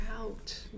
out